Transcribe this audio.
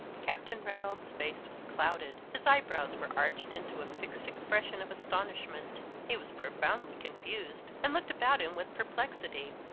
captain reynolds' face was clouded his eyebrows were arched into a fixed expression of astonishment he was profoundly confused, and looked about him with perplexity.